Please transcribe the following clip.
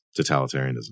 totalitarianism